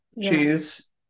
Cheese